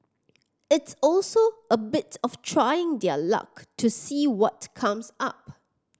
it's also a bit of trying their luck to see what comes up